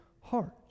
heart